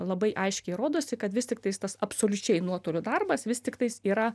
labai aiškiai rodosi kad vis tiktais tas absoliučiai nuotoliu darbas vis tiktais yra